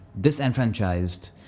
disenfranchised